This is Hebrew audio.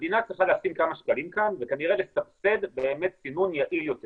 המדינה צריכה לשים כמה שקלים כאן וכנראה לסבסד באמת סינון יעיל יותר